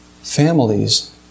families